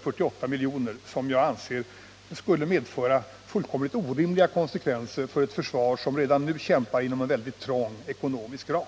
440 miljoner, vilket jag anser skulle få fullkomligt orimliga konsekvenser för ett försvar som redan nu kämpar med en mycket trång ekonomisk ram.